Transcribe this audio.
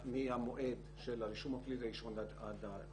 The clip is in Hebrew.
מהמועד של הרישום הפלילי הראשון לשני,